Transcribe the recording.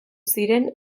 ziren